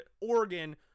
Oregon